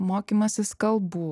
mokymasis kalbų